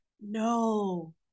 no